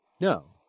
No